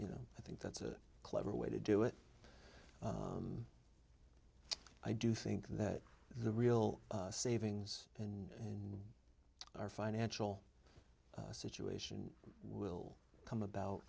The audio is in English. you know i think that's a clever way to do it i do think that the real savings and our financial situation will come about